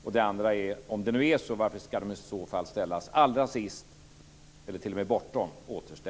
Och om det nu är så, varför ska de i så fall ställas allra sist i eller t.o.m.